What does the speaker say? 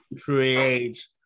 create